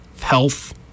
health